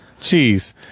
Jeez